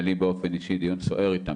לי באופן אישי היה דיון סוער איתם,